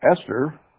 Esther